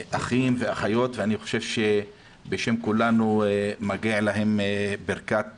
אחים ואחיות, ואני חושב שבשם כולנו מגיעה להם ברכת